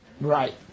right